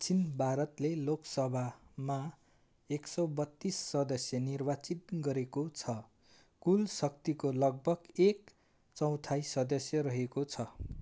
दक्षिण भारतले लोकसभामा एक सय बत्तिस सदस्य निर्वाचित गरेको छ कुल शक्तिको लगभग एक चौथाइ सदस्य रहेको छ